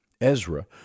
Ezra